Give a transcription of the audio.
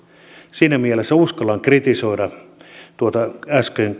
siinä mielessä uskallan kritisoida tuota äsken